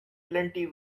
plenty